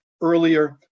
earlier